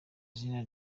izina